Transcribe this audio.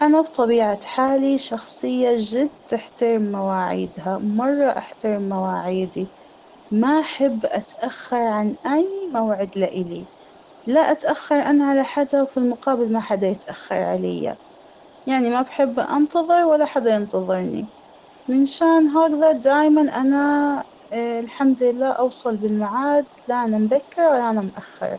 أنا بطبيعة حالى شخصية جد تحترم مواعيدها ، مرة أحترم مواعيدى ، ما أحب أتاخر عن أى موعد لإلى ، لا أتاخر أنا على حدا وفى المقابل ما حدا يتاخر عليا ، يعنى ما أحب أنتظر ولا حدا ينتظرنى ، منشان هكذا دايماً أنا الحمد لله أوصل بالمعاد لا أنا مباكرة ولا أنا مأخرة.